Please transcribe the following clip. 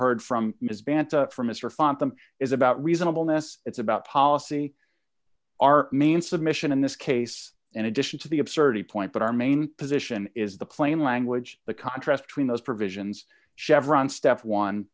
heard from mr banta from mr font them is about reasonable ness it's about policy our main submission in this case in addition to the absurdity point but our main position is the plain language the contrast between those provisions chevron step one